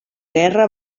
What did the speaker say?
guerra